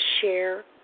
share